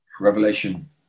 Revelation